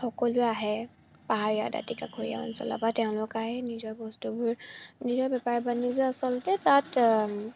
সকলোৱে আহে পাহাৰীয়া দাঁতি কাষৰীয়া অঞ্চলৰ পৰা তেওঁলোক আহে নিজৰ বস্তুবোৰ নিজৰ বেপাৰ বাণিজ্য আচলতে তাত